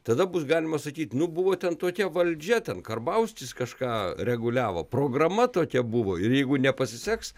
tada bus galima sakyt nu buvo ten tokia valdžia ten karbauskis kažką reguliavo programa tokia buvo ir jeigu nepasiseks